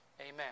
amen